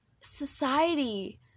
society